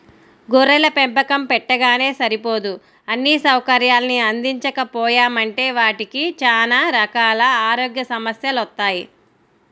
గొర్రెల పెంపకం పెట్టగానే సరిపోదు అన్నీ సౌకర్యాల్ని అందించకపోయామంటే వాటికి చానా రకాల ఆరోగ్య సమస్యెలొత్తయ్